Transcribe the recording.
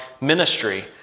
ministry